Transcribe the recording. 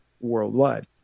worldwide